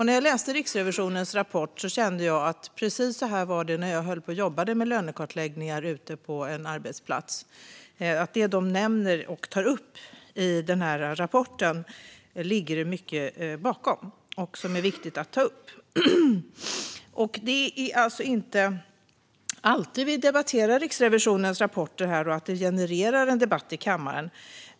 När jag läste Riksrevisionens rapport kände jag att precis så här var det när jag jobbade med lönekartläggningar ute på en arbetsplats. Det ligger mycket i det som nämns i rapporten och som är viktigt att ta upp. Det är inte alltid vi debatterar Riksrevisionens rapporter, att de genererar debatter i kammaren.